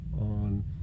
on